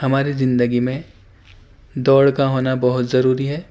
ہماری زندگی میں دوڑ کا ہونا بہت ضروری ہے